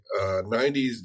90s